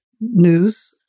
news